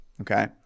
okay